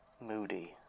moody